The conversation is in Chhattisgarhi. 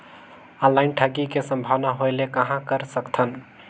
ऑनलाइन ठगी के संभावना होय ले कहां कर सकथन?